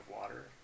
water